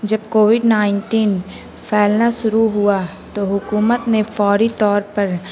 جب COVID nineteen پھیلنا شروع ہوا تو حکومت نے فوری طور پر